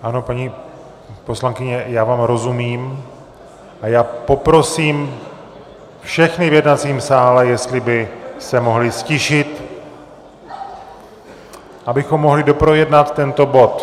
Ano, paní poslankyně, já vám rozumím a já poprosím všechny v jednacím sále, jestli by se mohli ztišit, abychom mohli doprojednat tento bod.